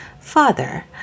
Father